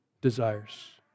desires